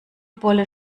bolle